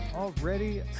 Already